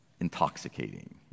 Intoxicating